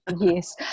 Yes